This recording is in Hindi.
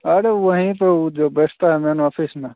अरे वहीं पर वह जो बैठता है ना ऑफ़िस में